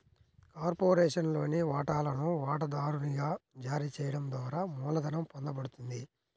కార్పొరేషన్లోని వాటాలను వాటాదారునికి జారీ చేయడం ద్వారా మూలధనం పొందబడుతుంది